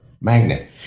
magnet